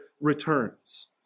returns